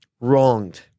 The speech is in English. wronged